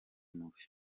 mubi